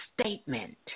statement